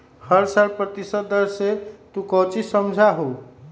हर साल प्रतिशत दर से तू कौचि समझा हूँ